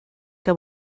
que